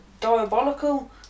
diabolical